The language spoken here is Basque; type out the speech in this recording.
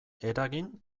eragin